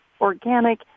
organic